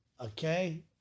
okay